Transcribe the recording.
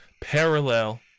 parallel